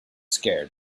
scared